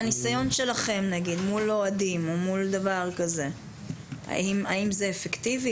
מהניסיון שלכם, מול אוהדים, האם זה אפקטיבי?